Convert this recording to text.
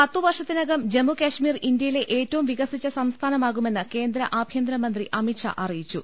പത്തുവർഷത്തിനകം ജമ്മുകശ്മീർ ഇന്ത്യയിലെ ഏറ്റവും വിക സിച്ച സംസ്ഥാനമാകുമെന്ന് കേന്ദ്ര ആഭ്യന്തരമന്ത്രി അമിത്ഷാ അറി യിച്ചു